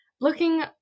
looking